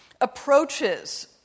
approaches